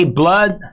blood